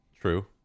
true